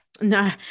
no